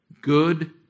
good